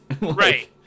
Right